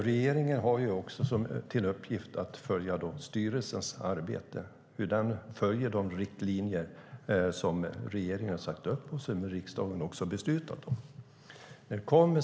Regeringen har till uppgift att följa styrelsens arbete och hur styrelsen följer de riktlinjer som regeringen har satt upp och som riksdagen har beslutat om.